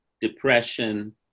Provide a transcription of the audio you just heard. depression